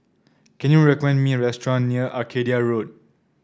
can you recommend me a restaurant near Arcadia Road